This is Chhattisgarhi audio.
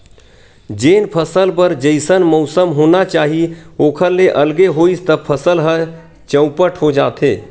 जेन फसल बर जइसन मउसम होना चाही ओखर ले अलगे होइस त फसल ह चउपट हो जाथे